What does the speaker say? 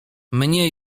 mnie